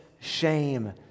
shame